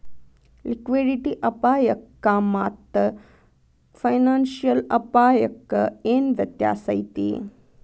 Liquidity ಅಪಾಯಕ್ಕಾಮಾತ್ತ financial ಅಪ್ಪಾಯಕ್ಕ ಏನ್ ವ್ಯತ್ಯಾಸೈತಿ?